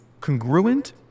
congruent